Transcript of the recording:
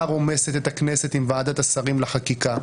רומסת את הכנסת עם ועדת השרים לענייני חקיקה,